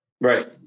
right